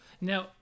Now